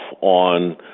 on –